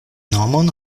nomon